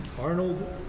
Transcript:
Arnold